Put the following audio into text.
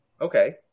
Okay